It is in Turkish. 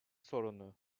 sorunu